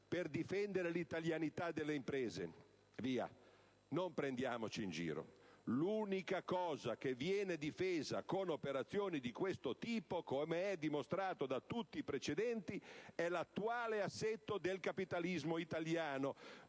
per difendere l'italianità delle imprese. Non prendiamoci in giro: l'unica cosa che viene difesa con operazioni di questo tipo - come è dimostrato da tutti i precedenti - è l'attuale assetto del capitalismo italiano,